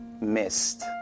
Missed